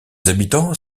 habitants